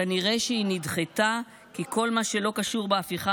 כנראה שהיא נדחתה כי כל מה שלא קשור בהפיכה